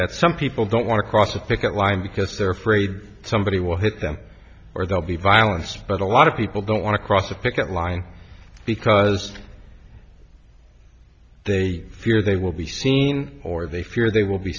that some people don't want to cross a picket line because they're afraid somebody will hit them or they'll be violence but a lot of people don't want to cross a picket line because they fear they will be seen or they fear they will be